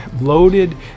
loaded